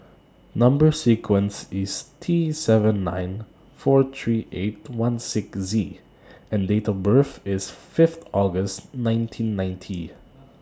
Number sequence IS T seven nine four three eight one six Z and Date of birth IS Fifth August nineteen ninety